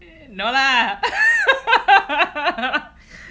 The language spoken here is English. no lah